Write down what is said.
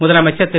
முதலமைச்சர் திரு